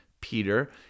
Peter